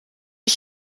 ich